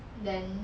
then